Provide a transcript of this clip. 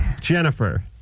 Jennifer